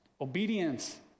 Obedience